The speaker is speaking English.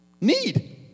need